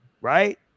right